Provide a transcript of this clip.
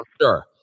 sure